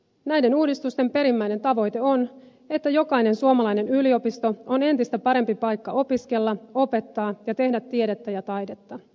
näiden uudistusten perimmäinen tavoite on että jokainen suomalainen yliopisto on entistä parempi paikka opiskella opettaa ja tehdä tiedettä ja taidetta